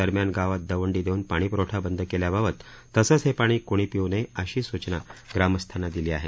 दरम्यान गावात दवंडी देऊन पाणीप्रवठा बंद केल्याबाबत तसंच हे पाणी क्णी पिऊ नये अशी सूचना ग्रामस्थांना दिली आहे